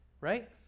right